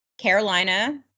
Carolina